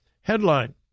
headline